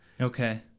okay